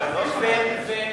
למה הצביעות?